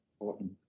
important